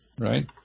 right